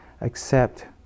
accept